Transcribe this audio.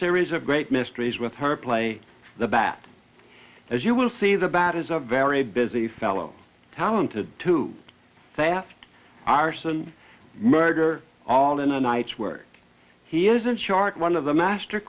series of great mysteries with her play the bat as you will see the bat is a very busy fellow talented fast arson murder all in a night's work he isn't shark one of the master